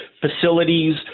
facilities